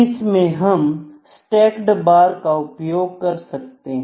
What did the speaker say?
इसमें हम stacked bar का उपयोग कर सकते हैं